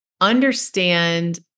understand